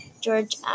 George